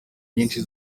nyinshi